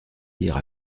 dire